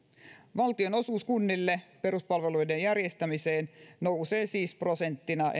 valtionosuus kunnille peruspalveluiden järjestämiseen nousee siis prosenttina